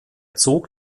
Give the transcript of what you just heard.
zog